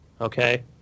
okay